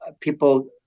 People